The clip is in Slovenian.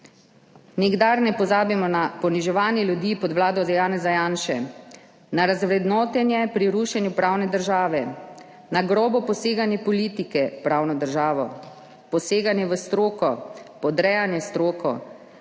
Nikdar ne pozabimo na poniževanje ljudi pod vlado Janeza Janše, na razvrednotenje pri rušenju pravne države, na grobo poseganje politike v pravno državo, poseganje v stroko, podrejanje stroke,